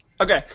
Okay